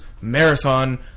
marathon